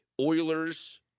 Oilers